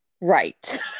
right